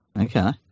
Okay